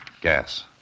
gas